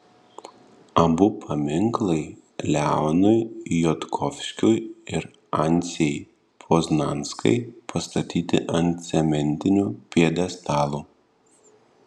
abu paminklai leonui jodkovskiui ir anciai poznanskai pastatyti ant cementinių pjedestalų